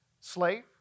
slave